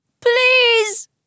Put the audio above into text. please